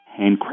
handcrafted